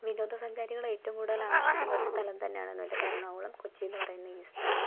വിനോദസഞ്ചാരികളേറ്റോം കൂട്തലാകർഷിക്കുന്ന ഒരു സ്ഥലം തന്നെയാണ് എന്നുരി എറണാകുളം കൊച്ചീന്ന് പറയുന്ന ഈ സ്ഥലം